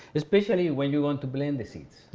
especially when you're going to blend the seeds